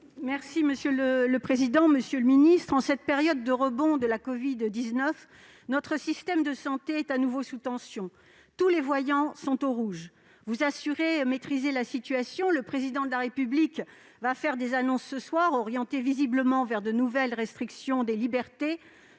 et de la santé. Monsieur le ministre, en cette période de rebond de pandémie de la covid-19, notre système de santé est de nouveau sous tension. Tous les voyants sont au rouge. Vous assurez maîtriser la situation. Le Président de la République va faire des annonces ce soir, orientées visiblement vers de nouvelles restrictions de libertés,